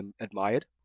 admired